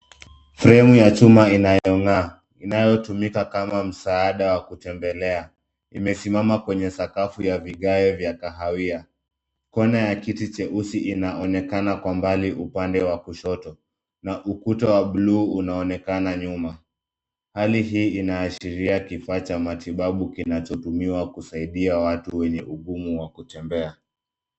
Sehemu ya chuma inayong'aa inayotumika kama msaada wa kutembelea, imesimama kwenye sakafu ya vigae vya kahawia. Kona ya kiti cheusi inaonekana kwa mbali upande wa kushoto na ukuta wa buluu unaonekana nyuma. Hali hii inaashiria kifaa cha matibabu kinachotumiwa kusaidia watu wenye ugumu wa kutembea.